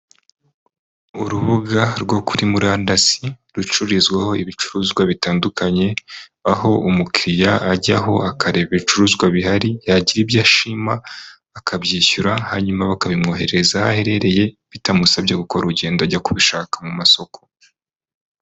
Urubuga rwo kuri murandasi rucururizwaho ibicuruzwa bitandukanye, aho umukiriya ajyaho akareba ibicuruzwa bihari, yagira ibyo ashima akabyishyura hanyuma bakabimwohereza aho aherereye bitamusabye gukora urugendo ajya kubishaka mu masoko.